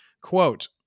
Quote